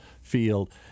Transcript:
field